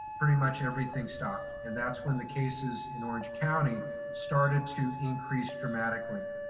pretty much everything stopped. and that's when the cases in orange county started to increase dramatically.